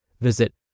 Visit